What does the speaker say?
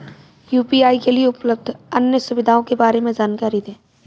UPI के लिए उपलब्ध अन्य सुविधाओं के बारे में जानकारी दें?